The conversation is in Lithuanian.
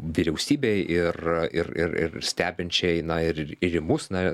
vyriausybei ir ir ir ir stebinčiai na ir ir į mus na